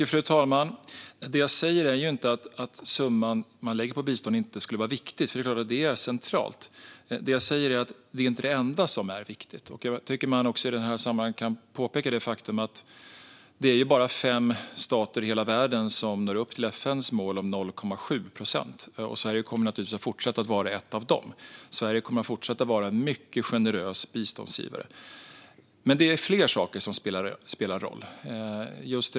Fru talman! Det jag säger är inte att summan man lägger på bistånd inte skulle vara viktig. Det är klart att den är central. Det jag säger är att den inte är det enda som är viktigt. Jag tycker att man i detta sammanhang också kan peka på det faktum att det bara är fem stater i hela världen som når upp till FN:s mål om 0,7 procent. Sverige kommer naturligtvis att fortsätta vara en av dem. Sverige kommer att fortsätta vara en mycket generös biståndsgivare. Det är fler saker som spelar roll.